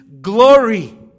glory